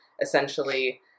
essentially